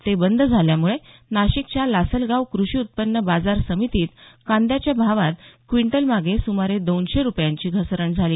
ते बंद झाल्यामुळं नाशिकच्या लासलगाव कृषी उत्पन्न बाजार समितीत कांद्याच्या भावात क्विंटलमागे सुमारे दोनशे रूपयांची घसरण झाली